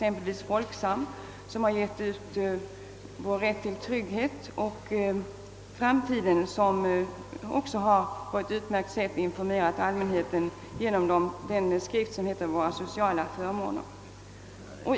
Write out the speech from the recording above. Sålunda har Folksam utgivit skriften Vår trygghet, och försäkringsbolaget Framtiden har på ett utmärkt sätt informerat allmänheten genom skriften Våra sociala förmåner.